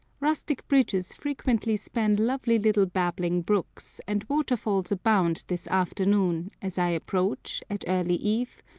rustic bridges frequently span lovely little babbling brooks, and waterfalls abound this afternoon as i approach, at early eve,